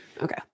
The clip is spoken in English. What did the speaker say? Okay